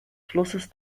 flusses